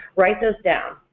write those down.